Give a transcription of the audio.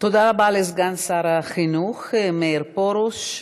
תודה רבה לסגן שר החינוך מאיר פרוש.